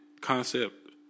concept